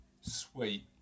Sweet